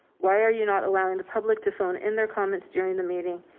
why are you not allowing the public to phone in their comments during the meeting?